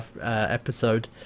episode